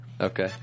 Okay